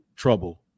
trouble